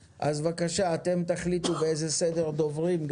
בבקשה, אתם תחליטו באיזה סדר יהיו הדוברים.